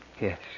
Yes